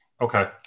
Okay